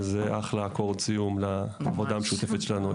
וזה אחלה אקורד סיום לעבודה המשותפת שלנו.